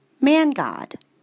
man-god